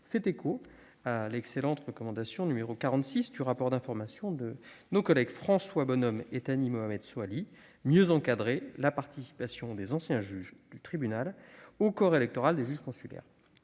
fait écho à la recommandation n° 46 du rapport d'information de nos collègues François Bonhomme et Thani Mohamed Soilihi de « mieux encadrer la participation des anciens juges du tribunal au corps électoral des juges consulaires